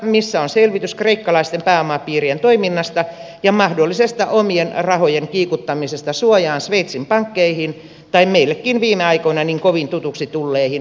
missä on selvitys kreikkalaisten pääomapiirien toiminnasta ja mahdollisesta omien rahojen kiikuttamisesta suojaan sveitsin pankkeihin tai meillekin viime aikoina niin kovin tutuksi tulleisiin veroparatiiseihin